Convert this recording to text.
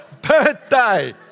birthday